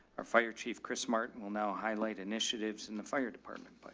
our fire chief chris martin will now highlight initiatives and the fire department.